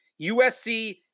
USC